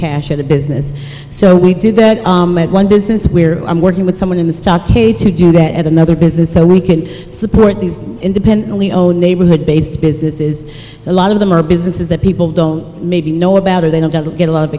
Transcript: cash in the business so we did that one business we're working with someone in the stockade to do that at another business so we can support these independently old neighborhood based businesses a lot of them are businesses that people don't maybe know about or they don't get a lot of